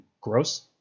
gross